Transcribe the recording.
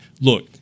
Look